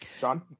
John